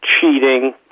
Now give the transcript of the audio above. cheating